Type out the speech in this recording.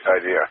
idea